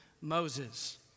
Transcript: Moses